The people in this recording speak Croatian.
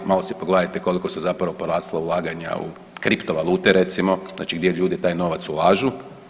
Malo si pogledajte koliko su zapravo porasla ulaganja u kripto valute recimo, znači gdje ljudi taj novac ulažu.